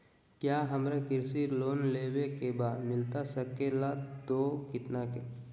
क्या हमारा कृषि लोन लेवे का बा मिलता सके ला तो कितना के?